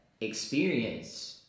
experience